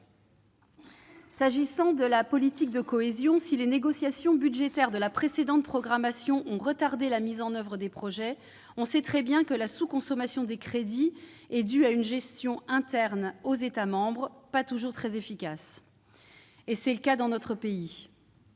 S'agissant de la politique de cohésion, si les négociations budgétaires de la précédente programmation ont retardé la mise en oeuvre des projets, on sait très bien que la sous-consommation des crédits est due à une gestion interne aux États membres, pas toujours très efficace. C'est le cas dans notre pays.